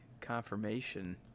confirmation